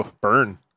Burn